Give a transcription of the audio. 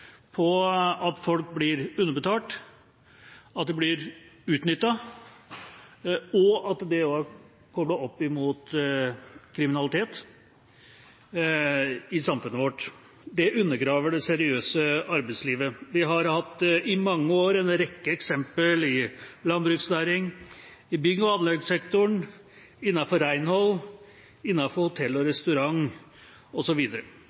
på at folk blir underbetalt, at de blir utnyttet, og at det er koblet opp imot kriminalitet i samfunnet vårt. Det undergraver det seriøse arbeidslivet. Vi har i mange år hatt en rekke eksempler, i landbruksnæringa, i bygg- og anleggssektoren, innenfor renhold, innenfor hotell og